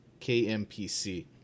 KMPC